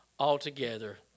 altogether